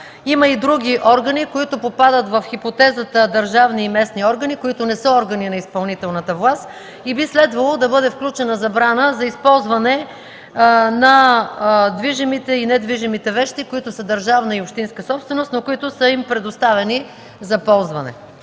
има и други органи, които попадат в хипотезата държавни и местни органи, които не са органи на изпълнителната власт и би следвало да бъде включена забрана за използване на движимите и недвижимите вещи, които са държавна и общинска собственост, но които са им предоставени за ползване.